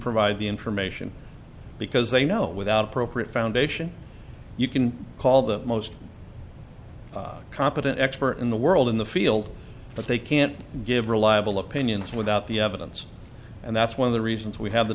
provide the information because they know without appropriate foundation you can call the most competent expert in the world in the field but they can't give reliable opinions without the evidence and that's one of the reasons we have the